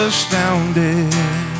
Astounded